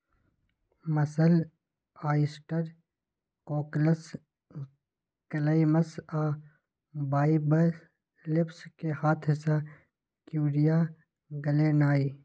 mussels, oyster, cockles, clams आ bivalves कें हाथ से कूरिया लगेनाइ